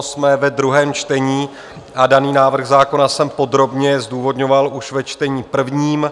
Jsme ve druhém čtení a daný návrh zákona jsem podrobně zdůvodňoval už ve čtení prvním.